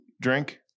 drink